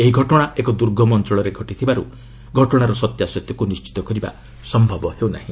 ଏହି ଘଟଣା ଏକ ଦୁର୍ଗମ ଅଞ୍ଚଳରେ ଘଟିଥିବାରୁ ଘଟଣାର ସତ୍ୟାସତ୍ୟକୁ ନିଣ୍ଚିତ କରିବା ସମ୍ଭବ ହେଉନାହିଁ